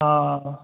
ਹਾਂ